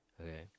Okay